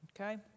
Okay